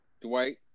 Dwight